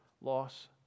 loss